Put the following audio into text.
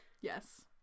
Yes